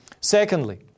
Secondly